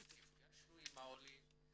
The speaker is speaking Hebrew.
נפגשנו עם העולים.